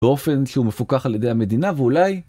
באופן שהוא מפוקח על ידי המדינה ואולי...